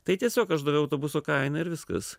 tai tiesiog aš daviau autobuso kainą ir viskas